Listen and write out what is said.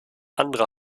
andere